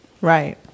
Right